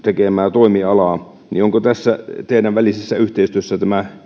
toimialaa onko tässä teidän välisessänne yhteistyössä